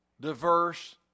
diverse